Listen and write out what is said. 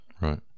Right